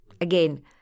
again